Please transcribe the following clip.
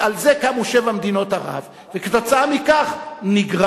אז בוא נהיה